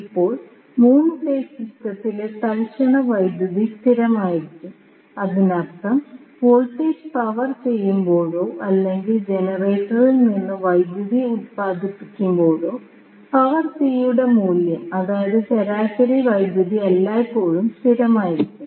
ഇപ്പോൾ 3 ഫേസ് സിസ്റ്റത്തിലെ തൽക്ഷണ വൈദ്യുതി സ്ഥിരമായിരിക്കും അതിനർത്ഥം വോൾട്ടേജ് പവർ ചെയ്യുമ്പോഴോ അല്ലെങ്കിൽ ജനറേറ്ററിൽ നിന്ന് വൈദ്യുതി ഉത്പാദിപ്പിക്കുമ്പോഴോ പവർ P യുടെ മൂല്യം അതായത് ശരാശരി വൈദ്യുതി എല്ലായ്പ്പോഴും സ്ഥിരമായിരിക്കും